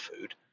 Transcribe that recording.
Food